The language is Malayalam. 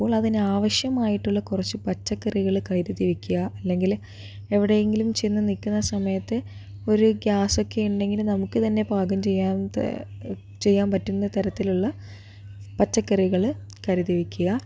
അപ്പോൾ അതിനാവശ്യമായിട്ടുള്ള കുറച്ചു പച്ചക്കറികള് കരുതി വെക്കുക അല്ലെങ്കില് എവിടെയെങ്കിലും ചെന്ന് നിൽക്കുന്ന സമയത്ത് ഒരു ഗ്യാസൊക്കെ ഉണ്ടെങ്കില് നമുക്ക് തന്നെ പാകം ചെയ്യാവുന്നതേ ചെയ്യാൻ പറ്റുന്ന തരത്തിലുള്ള പച്ചക്കറികള് കരുതി വെയ്ക്കുക